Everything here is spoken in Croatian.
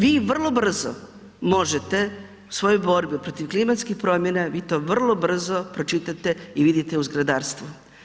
Vi vrlo brzo možete u svojoj borbi protiv klimatskih promjena, vi to vrlo brzo pročitate i vidite u zgradarstvu.